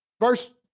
Verse